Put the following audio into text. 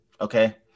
Okay